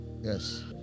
Yes